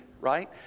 right